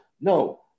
No